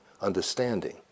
understanding